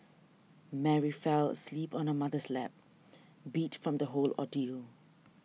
Mary fell asleep on her mother's lap beat from the whole ordeal